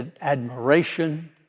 admiration